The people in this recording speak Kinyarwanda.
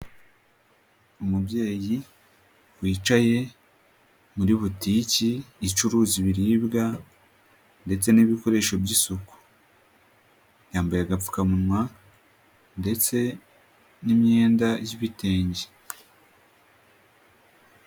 Umubyeyi wicaye muri butiki icuruza ibiribwa ndetse n'ibikoresho by'isuku, yambaye agapfukamunwa ndetse n'imyenda y'ibitenge.